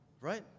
right